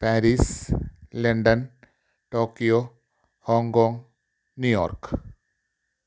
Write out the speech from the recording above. Paris London Tokyo Hong Kong New York